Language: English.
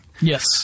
Yes